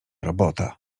robota